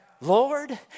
Lord